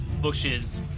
bushes